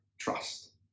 trust